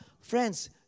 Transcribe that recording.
Friends